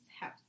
house